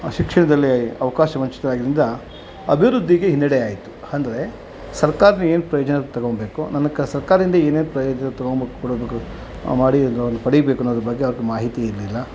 ಶಿಕ್ಷಣದಲ್ಲಿ ಅವ್ಕಾಶ ವಂಚಿತರಾಗಿದ್ರಿಂದ ಅಭಿವೃದ್ಧಿಗೆ ಹಿನ್ನೆಡೆ ಆಯಿತು ಅಂದರೆ ಸರ್ಕಾರದಿಂದ ಏನು ಪ್ರಯೋಜನ ತೊಗೊಂಬೇಕೊ ನನಗೆ ಕ ಸರ್ಕಾರದಿಂದ ಏನೇನು ಪ್ರಯೋಜನ ತೊಗೊಳ್ಬೇಕು ಕೊಡಬೇಕು ಮಾಡಿ ದ್ ಪಡೀಬೇಕು ಅನ್ನೋದ್ರ ಬಗ್ಗೆ ಅವ್ರಿಗೆ ಮಾಹಿತಿ ಇರಲಿಲ್ಲ